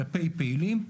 כלפי פעילים,